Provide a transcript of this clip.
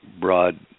broad